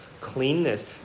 cleanness